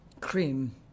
cream